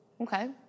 Okay